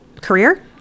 career